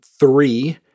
Three